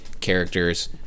characters